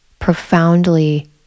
profoundly